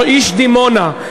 איש דימונה,